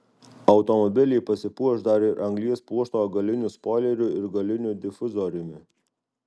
automobiliai pasipuoš dar ir anglies pluošto galiniu spoileriu ir galiniu difuzoriumi